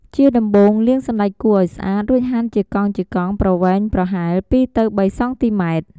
ជាដំបូង លាងសណ្ដែកគួរឱ្យស្អាត រួចហាន់ជាកង់ៗប្រវែងប្រហែល ២ ទៅ ៣ សង់ទីម៉ែត្រ។